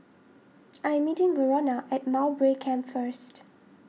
I am meeting Verona at Mowbray Camp first